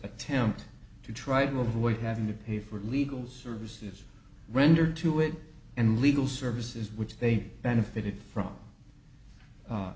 attempt to try to avoid having to pay for legal services rendered to it and legal services which they benefited from